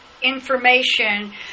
information